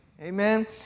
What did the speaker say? Amen